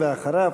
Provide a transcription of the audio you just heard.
ואחריו,